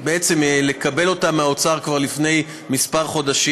אפשר בעצם לקבל אותם מהאוצר כבר לפני כמה חודשים.